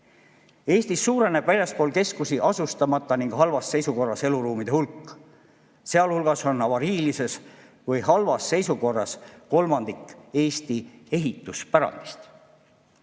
Eestis suureneb väljaspool keskusi asustamata ning halvas seisukorras eluruumide hulk. Sealhulgas on avariilises või halvas seisukorras kolmandik Eesti ehituspärandist.